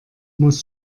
muss